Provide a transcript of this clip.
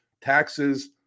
Taxes